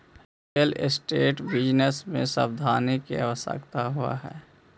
real estate business में सावधानी के आवश्यकता होवऽ हई